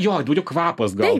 jo kvapas gal